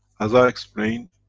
as i explained,